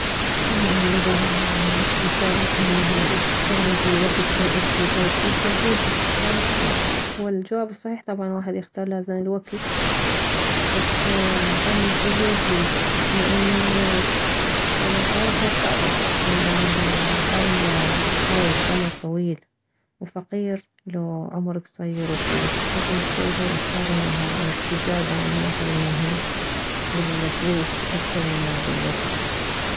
والله اني اذا يعني استزاء انه يصير عندي وكت ازيد او فلوس ازيد راح اختار هو الجواب الصحيح طبعا واحد يختار لازم الوكت بس اني بالنسبة الي فلوس لان يعني الحياة حيل صعبة مال انه تظل عايش عمر طويل وفقير لو عمر كصير وفلوس فبالنسبة الي اختار انه الاستزادة يعني واحد انه بالفلوس اكثر مما بالوكت